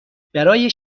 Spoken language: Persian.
برای